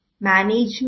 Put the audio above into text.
management